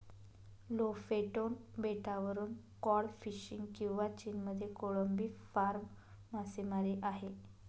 Lofoten बेटावरून cod fishing किंवा चीनमध्ये कोळंबी फार्म मासेमारी आहे